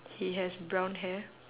he has brown hair